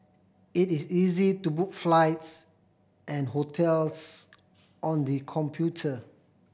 it is easy to book flights and hotels on the computer